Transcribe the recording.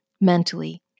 mentally